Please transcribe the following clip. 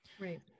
Right